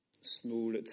small